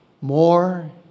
More